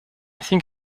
think